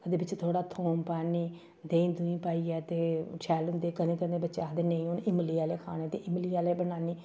ओह्दे बिच्च थोह्ड़ा थोम पान्नी देहीं दूहीं पाइयै ते शैल होंदे कदें कदें बच्चे आखदे नेईं हून इमली आह्ले खाने ते इमली आह्ले बन्नानी